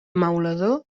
maulador